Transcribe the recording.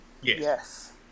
Yes